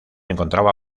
encontraba